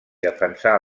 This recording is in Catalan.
defensar